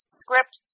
script